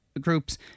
groups